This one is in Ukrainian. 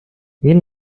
він